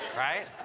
right?